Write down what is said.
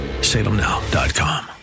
salemnow.com